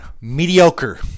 mediocre